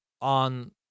on